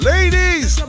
Ladies